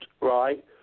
right